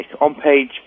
on-page